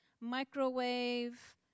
microwave